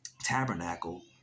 tabernacle